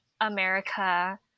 america